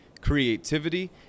creativity